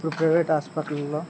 ఇప్పుడు ప్రైవేట్ హాస్పిటల్ల్లో